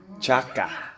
Chaka